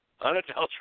Unadulterated